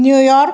New York